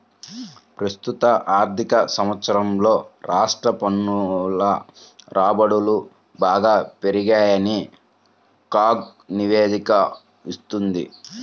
ప్రస్తుత ఆర్థిక సంవత్సరంలో రాష్ట్ర పన్నుల రాబడులు బాగా పెరిగాయని కాగ్ నివేదిక ఇచ్చింది